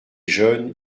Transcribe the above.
jeunes